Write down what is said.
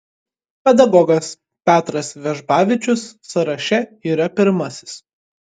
pedagogas petras vežbavičius sąraše yra pirmasis